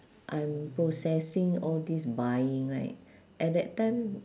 I'm processing all these buying right at that time